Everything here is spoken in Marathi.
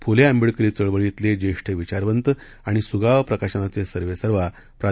फुले आंबेडकरी चळवळीतले ज्येष्ठ विचारवंत आणि सुगावा प्रकाशनाचे सर्वेसर्वा प्रा